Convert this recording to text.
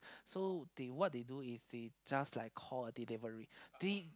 so they what they do is they just like call a delivery they